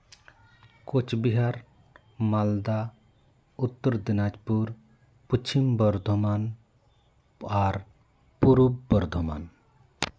ᱠᱳᱪᱵᱤᱦᱟᱨ ᱢᱟᱞᱫᱟ ᱩᱛᱛᱚᱨ ᱫᱤᱱᱟᱡᱽᱯᱩᱨ ᱯᱚᱪᱷᱤᱢ ᱵᱚᱨᱫᱷᱚᱢᱟᱱ ᱟᱨ ᱯᱩᱨᱩᱵᱽ ᱵᱚᱨᱫᱷᱚᱢᱟᱱ